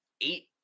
eight